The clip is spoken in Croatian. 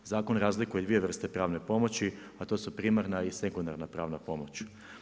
Zakon razlikuje i dvije vrste pravne pomoći, a to su primarna i sekundarna pravna pomoć.